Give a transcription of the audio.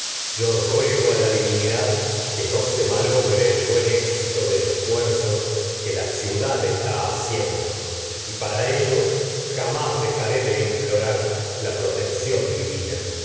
yo ruego a la divinidad que que no se malogre el buen éxito del esfuerzo la ciudad está haciendo y para si ello jamás dejaré de implorar la protección divi